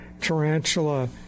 tarantula